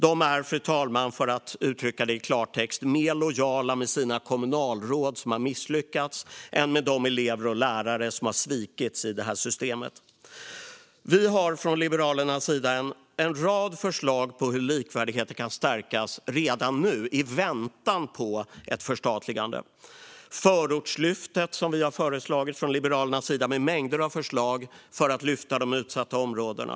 De är - för att uttrycka det i klartext, fru talman - mer lojala med sina kommunalråd, som har misslyckats, än med de elever och lärare som har svikits i det här systemet. Vi har från Liberalernas sida en rad förslag på hur likvärdigheten kan stärkas redan nu, i väntan på ett förstatligande. Förortslyftet, som vi har föreslagit, innehåller mängder av förslag för att lyfta de utsatta områdena.